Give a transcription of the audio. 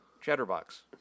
Chatterbox